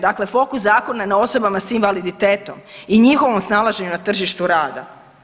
Dakle, fokus Zakona na osobama s invaliditetom i njihovom snalaženju na tržištu rada.